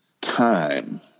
time